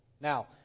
Now